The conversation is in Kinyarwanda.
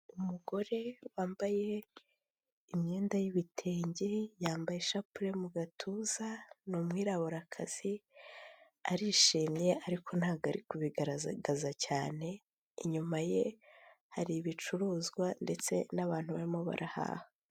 Umugore wambaye imyenda y'ibitenge, yambaye ishapule mu gatuza ni umwiraburakazi arishimye ariko ntabwo ari kubigaragaza cyane. Inyuma ye hari ibicuruzwa ndetse n'abantu barimo barahaha.